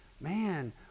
man